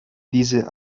diese